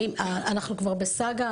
אנחנו כבר בסאגה.